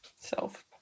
self